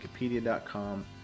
wikipedia.com